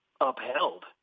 upheld